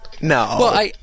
No